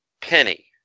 penny